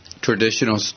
traditional